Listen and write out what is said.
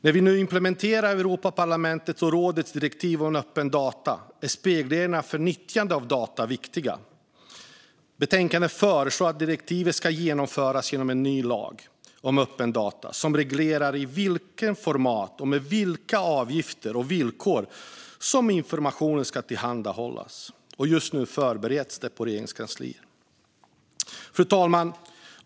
När vi nu implementerar Europaparlamentets och rådets direktiv om öppna data är spelreglerna för nyttjande av data viktiga. I betänkandet föreslås att direktivet ska genomföras genom en ny lag om öppna data som reglerar i vilka format och med vilka avgifter och villkor som informationen ska tillhandahållas. Just nu förbereds detta i Regeringskansliet. Fru talman!